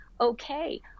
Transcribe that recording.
okay